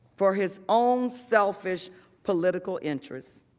for his own selfish political interest.